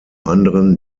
anderen